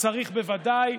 צריך בוודאי,